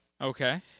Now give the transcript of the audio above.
Okay